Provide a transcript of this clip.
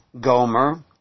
Gomer